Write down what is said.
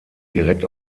direkt